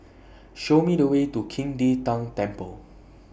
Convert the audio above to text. Show Me The Way to Qing De Tang Temple